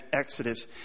Exodus